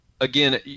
again